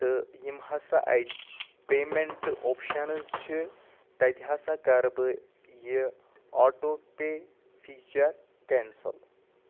تہٕ یِم ہسا اَتہِ پیمنٹ اوپشَنٕز چھِ تتہِ ہسا کر بہٕ یہِ آٹو پے فیٖچَر کنسٕل